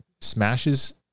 smashes